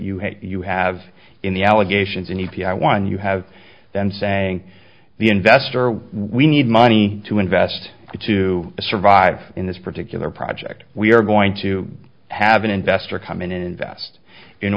had you have in the allegations and e p i one you have been saying the investor we need money to invest to survive in this particular project we are going to have an investor come in invest in